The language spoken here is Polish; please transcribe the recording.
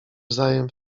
wzajem